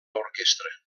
orquestra